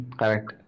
correct